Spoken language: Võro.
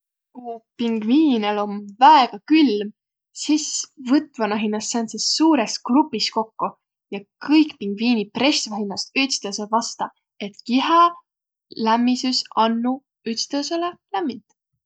Ku pngviinel om väega külm, sis võtvaq nä hinnäst sääntses suurõs grupis kokko. Ja kõik pingviiniq presväq hinnäst ütstõõsõ vasta, et kihä lämmisüs andnuq ütstõõsõlõ lämmind.